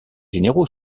généraux